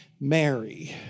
Mary